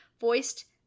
voiced